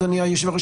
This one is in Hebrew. אדוני היושב-ראש,